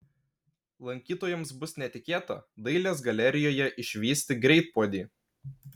lankytojams bus netikėta dailės galerijoje išvysti greitpuodį